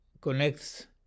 connects